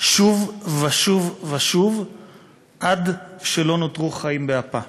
שוב ושוב ושוב עד שלא נותרו חיים באפיה.